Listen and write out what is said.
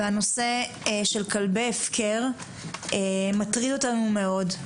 והנושא של כלבי הפקר מטריד אותנו מאוד.